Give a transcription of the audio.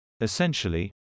Essentially